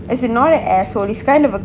as in not a asshole he is kind of a